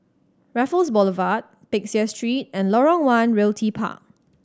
Raffles Boulevard Peck Seah Street and Lorong One Realty Park